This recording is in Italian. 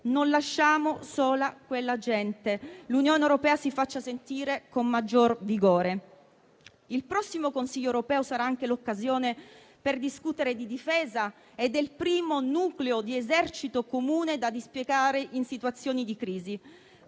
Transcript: Non lasciamo sola quella gente. L'Unione europea si faccia sentire con maggior vigore. Il prossimo Consiglio europeo sarà anche l'occasione per discutere di difesa e del primo nucleo di esercito comune da dispiegare in situazioni di crisi.